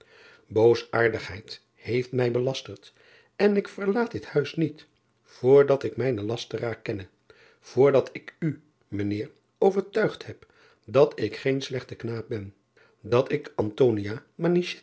oosaardigheid heeft mij belasterd en ik verlaat dit huis niet voor dat ik mijnen lasteraar kenne voor dat ik u mijn eer overtuigd heb dat ik geen slechte knaap ben dat ik